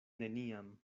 neniam